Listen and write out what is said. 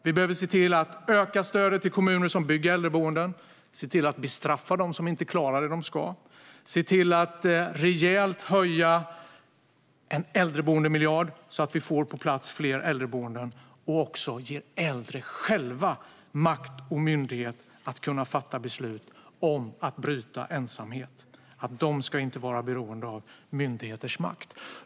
Vi behöver öka stödet till kommuner som bygger äldreboenden, bestraffa dem som inte klarar att göra det som de ska och rejält höja en äldreboendemiljard så att vi får på plats fler äldreboenden och också ger äldre själva makt och myndighet att fatta beslut om att bryta ensamhet. De ska inte vara beroende av myndigheters makt.